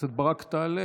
הכנסת ברק תעלה,